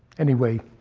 anyway,